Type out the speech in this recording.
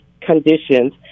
conditions